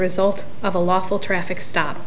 result of a lawful traffic stop